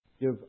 give